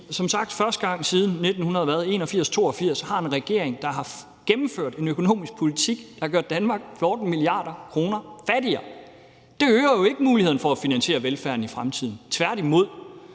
som sagt første gang siden vist 1981 eller 1982 har en regering, der har gennemført en økonomisk politik, der har gjort Danmark 14 mia. kr. fattigere. Det øger jo ikke mulighederne for at finansiere velfærden i fremtiden, tværtimod.